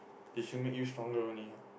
it should make you stronger only ah